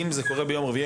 אם זה קרה ביום רביעי,